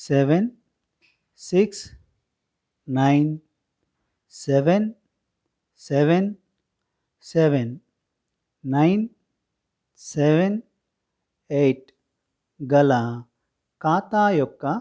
seven six nine seven seven seven nine seven eight గల ఖాతా యొక్క